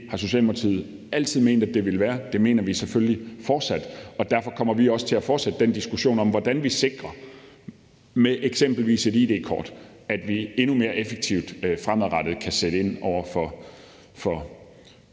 det har Socialdemokratiet altid ment at det ville være. Det mener vi selvfølgelig fortsat, og derfor kommer vi også til at fortsætte den diskussion om, hvordan vi sikrer med eksempelvis et id-kort, at vi endnu mere effektivt fremadrettet kan sætte ind over for